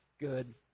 good